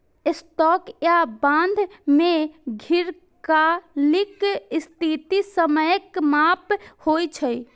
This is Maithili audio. स्टॉक या बॉन्ड मे दीर्घकालिक स्थिति समयक माप होइ छै